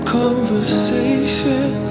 conversation